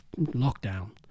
lockdown